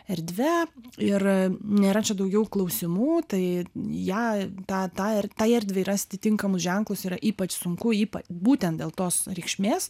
erdve ir nėra čia daugiau klausimų tai ją tą tą tai erdvei rasti tinkamus ženklus yra ypač sunku ypač būtent dėl tos reikšmės